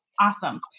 awesome